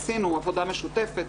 עשינו עבודה משותפת,